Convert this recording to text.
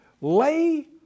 Lay